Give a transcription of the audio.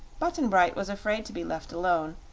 button-bright was afraid to be left alone,